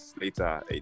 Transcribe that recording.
later